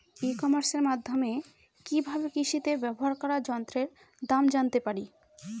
ই কমার্সের মাধ্যমে কি ভাবে কৃষিতে ব্যবহার করা যন্ত্রের দাম জানতে পারি?